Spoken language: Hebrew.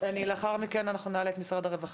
לאחר מכן נעלה את משרד הרווחה.